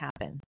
happen